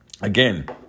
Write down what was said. Again